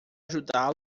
ajudá